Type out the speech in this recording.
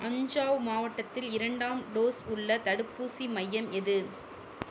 அஞ்சாவ் மாவட்டத்தில் இரண்டாம் டோஸ் உள்ள தடுப்பூசி மையம் எது